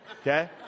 Okay